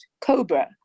COBRA